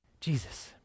Jesus